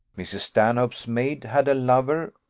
mrs. stanhope's maid had a lover,